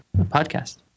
Podcast